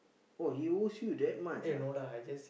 oh he owes you that much ah